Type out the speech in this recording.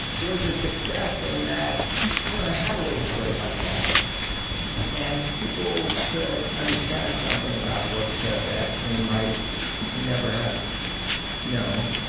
was a success in that it you know and had a little story like that and people could understand something about gorbachev that they might never have known.